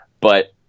but-